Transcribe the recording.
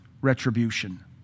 retribution